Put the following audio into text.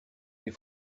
les